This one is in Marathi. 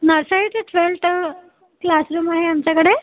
नर्सरी ते ट्वेल्थ क्लासरूम आहे आमच्याकडे